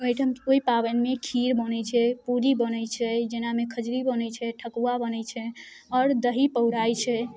ओहिठाम ओहि पाबनिमे खीर बनै छै पूड़ी बनै छै जेनामे खजरी बनै छै ठकुआ बनै छै आओर दही पौराइ छै